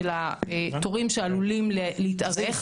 של התורים שעלולים להתארך,